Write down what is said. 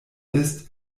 ist